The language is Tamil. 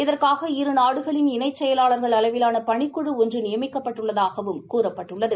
இதற்காக இரு நாடுகளின் இணைச் செயலாளா்கள் அளவிலான பணிக்குழு ஒன்று நியமிக்கப்பட்டுள்ளதாகவும் கூறப்பட்டுள்ளது